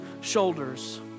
shoulders